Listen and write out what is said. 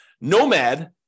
Nomad